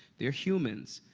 they're humans,